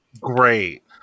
Great